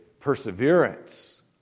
perseverance